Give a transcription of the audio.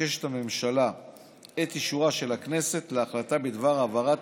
מבקשת הממשלה את אישורה של הכנסת להחלטה בדבר העברת